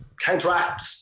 counteract